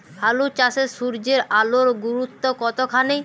আলু চাষে সূর্যের আলোর গুরুত্ব কতখানি?